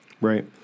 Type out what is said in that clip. Right